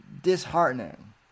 disheartening